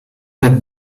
that